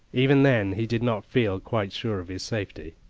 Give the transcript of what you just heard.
even then he did not feel quite sure of his safety.